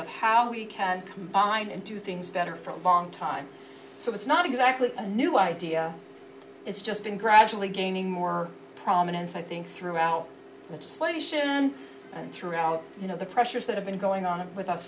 of how we can combine and do things better for a long time so it's not exactly a new idea it's just been gradually gaining more prominence i think throughout which slightly sharon and throughout you know the pressures that have been going on with us